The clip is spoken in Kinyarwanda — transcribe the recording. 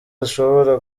zishobora